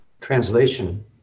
translation